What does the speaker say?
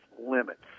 limits